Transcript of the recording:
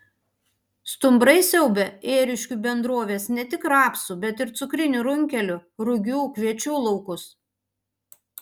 stumbrai siaubia ėriškių bendrovės ne tik rapsų bet ir cukrinių runkelių rugių kviečių laukus